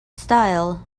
style